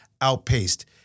outpaced